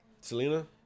Selena